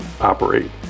operate